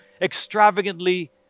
extravagantly